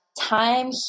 time